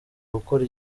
gukora